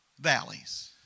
valleys